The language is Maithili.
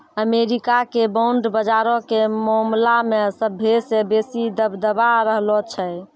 अमेरिका के बांड बजारो के मामला मे सभ्भे से बेसी दबदबा रहलो छै